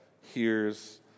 hears